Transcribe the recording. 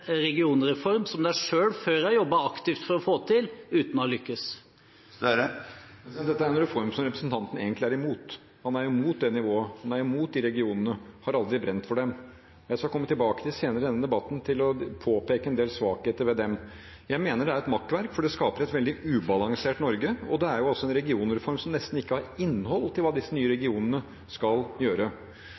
regionreform som de selv før har jobbet aktivt for å få til uten å ha lykkes? Dette er en reform som representanten egentlig er imot. Han er imot det nivået, han er imot de regionene og har aldri brent for dem. Jeg skal komme tilbake senere i denne debatten og påpeke en del svakheter ved dem. Jeg mener det er et makkverk, for det skaper et veldig ubalansert Norge, og det er også en regionreform som nesten ikke har innhold for hva disse nye regionene skal gjøre.